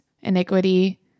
iniquity